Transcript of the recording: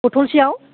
बथलसेयाव